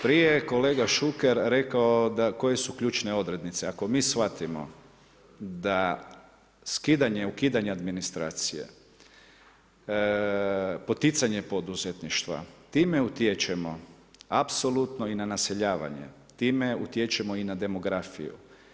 Prije je kolega Šuker koje su ključne odrednice, ako mi shvatimo da skidanje, ukidanje administracije, poticanje poduzetništva time utječemo apsolutno i na naseljavanje, time utječemo i na demografiju.